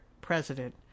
president